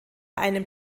einem